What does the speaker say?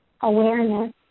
awareness